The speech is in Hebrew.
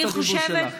אני חושבת,